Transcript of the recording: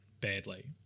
badly